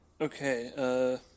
okay